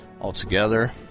altogether